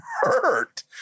hurt